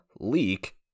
leak